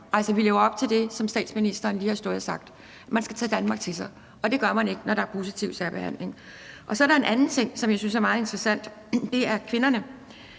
vi lever op til det, som statsministeren lige har stået og sagt? Man skal tage Danmark til sig, men det gør man ikke, når der er positiv særbehandling. Så er der en anden ting, som jeg synes er meget interessant, og det er kvinderne,